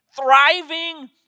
thriving